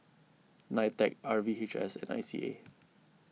Nitec R V H S and I C A